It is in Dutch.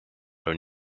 hun